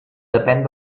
depén